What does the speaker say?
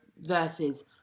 versus